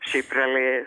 šiaip realiai